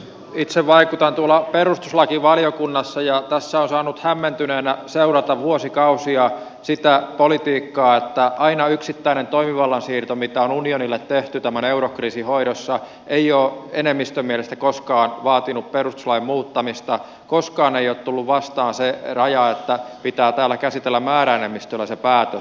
itse vaikutan tuolla perustuslakivaliokunnassa ja tässä on saanut hämmentyneenä seurata vuosikausia sitä politiikkaa että yksittäinen toimivallan siirto mikä on unionille tehty tämän eurokriisin hoidossa ei ole enemmistön mielestä koskaan vaatinut perustuslain muuttamista koskaan ei ole tullut vastaan se raja että pitää täällä käsitellä määräenemmistöllä se päätös